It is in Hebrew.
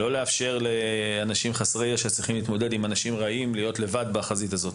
לא לאפשר לאנשים חסרי ישע להתמודד עם אנשים רעים ולהיות לבד בחזית הזאת,